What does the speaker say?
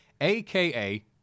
AKA